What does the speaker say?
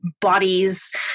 bodies